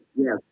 yes